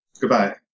Goodbye